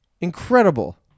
Incredible